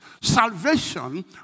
Salvation